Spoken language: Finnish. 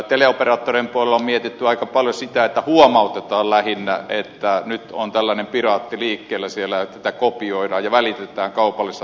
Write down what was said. teleoperaattoreiden puolella on mietitty aika paljon sitä että lähinnä huomautetaan että nyt on tällainen piraatti liikkeellä siellä että tiedostoa kopioidaan ja välitetään kaupallisessa tarkoituksessa